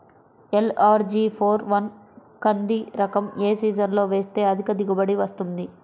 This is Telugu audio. ఎల్.అర్.జి ఫోర్ వన్ కంది రకం ఏ సీజన్లో వేస్తె అధిక దిగుబడి వస్తుంది?